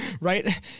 right